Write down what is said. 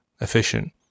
efficient